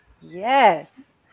yes